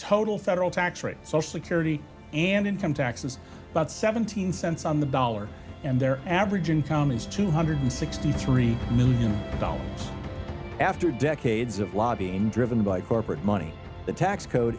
total federal tax rate so security and income taxes but so seventeen cents on the dollar and their average income is two hundred sixty three million dollars after decades of lobbying driven by corporate money the tax code